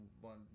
one